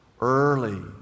early